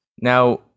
Now